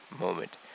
moment